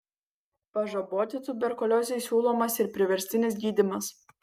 pažaboti tuberkuliozei siūlomas ir priverstinis gydymas